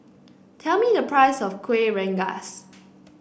tell me the price of Kuih Rengas